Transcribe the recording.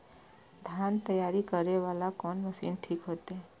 धान तैयारी करे वाला कोन मशीन ठीक होते?